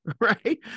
right